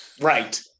Right